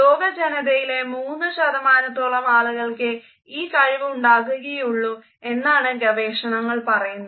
ലോകജനതിയിലെ മൂന്ന് ശതമാനത്തോളം ആളുകൾക്കെ ഈ കഴിവ് ഉണ്ടാകുകയുള്ളൂ എന്നാണ് ഗവേഷണങ്ങൾ പറയുന്നത്